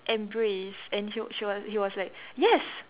embrace and he wa~ she was he was like yes